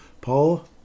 Paul